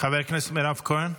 חברת הכנסת מירב כהן.